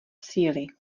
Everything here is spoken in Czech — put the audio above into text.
síly